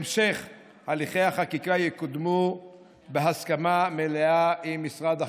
המשך הליכי החקיקה יקודמו בהסכמה מלאה עם משרד החינוך.